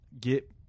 get